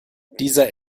dieser